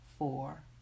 Four